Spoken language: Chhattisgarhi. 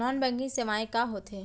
नॉन बैंकिंग सेवाएं का होथे?